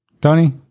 Tony